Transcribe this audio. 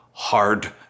hard